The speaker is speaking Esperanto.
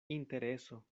intereso